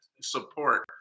support